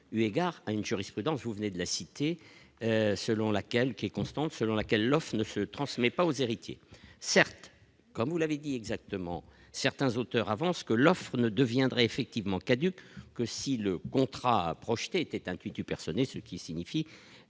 eu égard à une jurisprudence, vous venez de la citer selon laquelle qui est constante selon laquelle l'offre ne se transmet pas aux héritiers, certes, comme vous l'avez dit exactement certains auteurs avancent que l'offre ne deviendrait effectivement caduque, que si le contrat a projeté était intuitu persone et, ce qui signifie